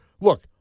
look